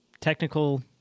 technical